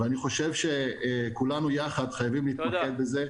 וככל שנדון בזה יותר,